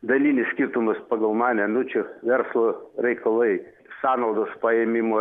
dalinis skirtumas pagal mane nu čia verslo reikalai sąnaudos paėmimo